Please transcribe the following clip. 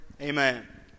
Amen